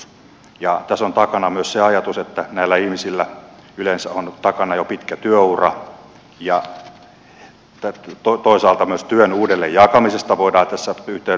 tässä on takana myös se ajatus että näillä ihmisillä yleensä on takana jo pitkätyöura ja toisaalta myös työn uudelleen jakamisesta voidaan tässä yhteydessä puhua